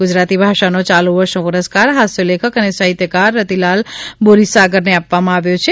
ગુજરાતી ભાષાનો યાલુ વર્ષનો પુરસ્કાર હાસ્ય લેખક અને સાહિત્યકાર રતિલાલ બોરીસાગરને આપવામા આવ્યો છે